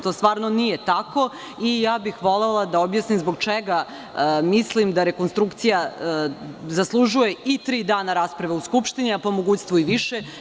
To stvarno nije tako i ja bih volela da objasnim zbog čega mislim da rekonstrukcija zaslužuje i tri dana rasprave u Skupštini, a po mogućstvu i više.